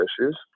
issues